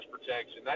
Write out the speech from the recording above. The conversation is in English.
protection